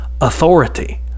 authority